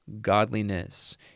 godliness